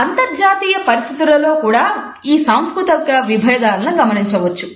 అంతర్జాతీయ పరిస్థితులలో కూడా ఈ సాంస్కృతిక విభేదాలను గమనించవచ్చు